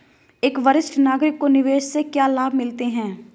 एक वरिष्ठ नागरिक को निवेश से क्या लाभ मिलते हैं?